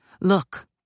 Look